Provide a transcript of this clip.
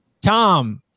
Tom